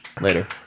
Later